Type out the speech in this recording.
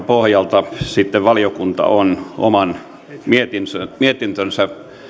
pohjalta sitten valiokunta on oman mietintönsä